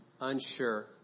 unsure